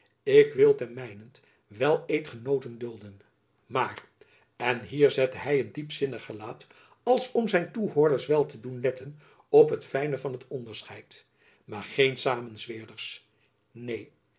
ik wil ten mijnent wel eedgenooten dulden maar en hier zette hy een diepzinnig gelaat als om zijn toehoorders wel te doen letten op het fijne van het onderscheid maar geen samenzweerders neen